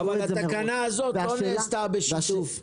כן, אבל התקנה הזאת לא נעשתה בשיתוף.